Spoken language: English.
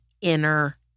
inner